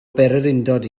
bererindod